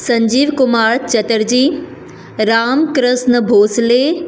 Sanjeev Kumar Chatterjee Ramakrishna Bhosle